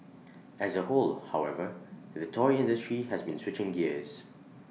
as A whole however the toy industry has been switching gears